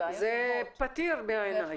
זה פתיר בעיניי.